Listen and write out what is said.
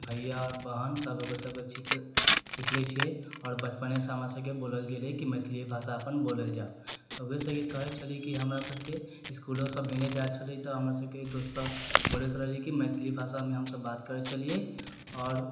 भैआ आओर बहिनसब ओकरसबके सिखलै छिए आओर बचपनेसँ हमरासबके बोलल गेलै कि मैथिलिए भाषा अपन बोलल जाउ तऽ ओहिसँहि ई कहै छली कि हमरासबके इसकुलो सब भेजल जाइ छलै तऽ हमरासबके दोस्त सब बोलैत रहलै कि मैथिलिए भाषामे हमसब बात करै छलिए आओर